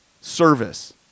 Service